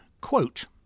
quote